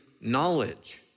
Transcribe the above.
knowledge